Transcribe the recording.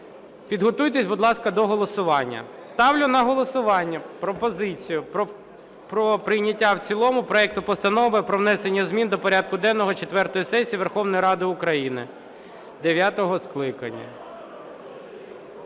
Підготуйтесь, будь ласка, до голосування. Ставлю на голосування пропозицію про прийняття в цілому проекту Постанови про внесення змін до порядку денного четвертої сесії Верховної Ради України дев'ятого скликання.